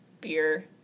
beer